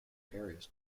areas